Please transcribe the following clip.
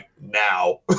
now